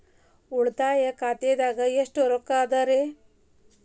ನನ್ನ ಉಳಿತಾಯ ಖಾತಾದಾಗ ಎಷ್ಟ ರೊಕ್ಕ ಅದ ರೇ?